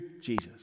Jesus